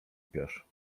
piasz